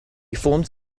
formed